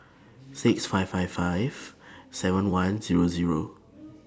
six five five five seven one Zero Zero